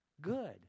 good